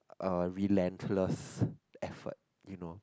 a relentless effort you know